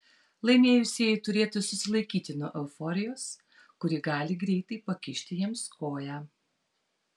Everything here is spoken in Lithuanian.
laimėjusieji turėtų susilaikyti nuo euforijos kuri gali greitai pakišti jiems koją